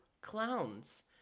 clowns